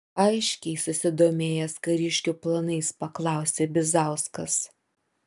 aiškiai susidomėjęs kariškių planais paklausė bizauskas